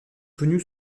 connue